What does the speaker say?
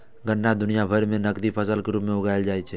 गन्ना दुनिया भरि मे नकदी फसल के रूप मे उगाएल जाइ छै